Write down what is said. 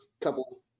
couple